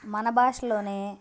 మన భాషలోనే